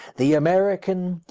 the american,